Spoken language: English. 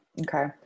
Okay